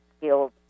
skills